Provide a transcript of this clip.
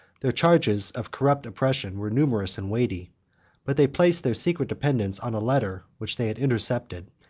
their charges of corrupt oppression were numerous and weighty but they placed their secret dependence on a letter which they had intercepted,